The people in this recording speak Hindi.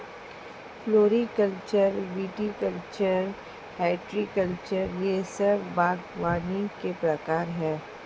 फ्लोरीकल्चर, विटीकल्चर, हॉर्टिकल्चर यह सब बागवानी के प्रकार है